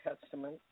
Testament